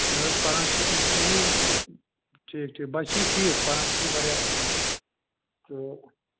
نہٕ حظ پران چھُ یہِ نہٕ ٹھیٖک ٹھیٖک بَچہِ چھُ یہِ ٹھیٖک پران تہِ چھُ یہِ واریاہ اصٕل تہٕ